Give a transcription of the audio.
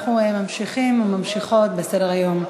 אנחנו ממשיכים וממשיכות בסדר-היום.